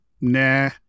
nah